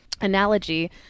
analogy